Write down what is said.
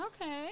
Okay